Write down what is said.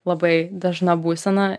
labai dažna būsena